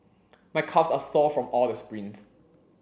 my calves are sore from all the sprints